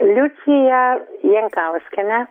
liuciją jankauskienę